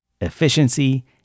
efficiency